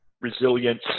resilience